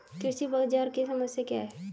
कृषि बाजार की समस्या क्या है?